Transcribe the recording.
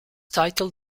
title